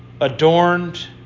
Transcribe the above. adorned